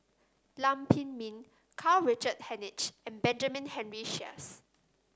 Lam Pin Min Karl Richard Hanitsch and Benjamin Henry Sheares